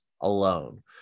alone